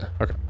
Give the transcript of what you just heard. Okay